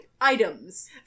Items